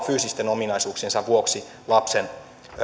fyysisten ominaisuuksiensa vuoksi tarvitsevat apua lapsen